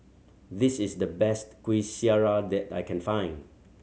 this is the best Kuih Syara that I can find